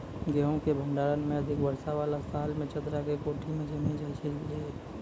गेहूँ के भंडारण मे अधिक वर्षा वाला साल मे चदरा के कोठी मे जमीन जाय छैय?